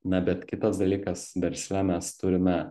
na bet kitas dalykas versle mes turime